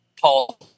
Paul